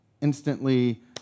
instantly